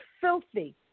filthy